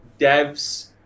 devs